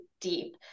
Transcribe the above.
deep